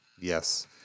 Yes